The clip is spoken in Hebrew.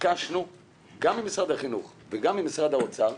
ביקשנו גם ממשרד החינוך וגם ממשרד האוצר,